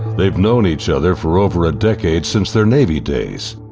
they've known each other for over a decade since their navy days.